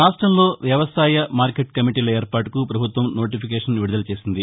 రాష్ట్రంలో వ్యవసాయ మార్కెట్ కమిటీల ఏర్పాటుకు పభుత్వం నోటిఫికేషన్ విడుదల చేసింది